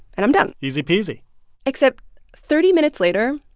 and i'm done easy peasy except thirty minutes later,